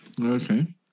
Okay